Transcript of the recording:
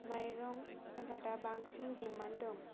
माइरं आबादा बांसिन दिमान्द दं